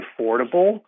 affordable